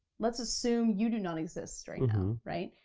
let's assume you do not exist right now, right?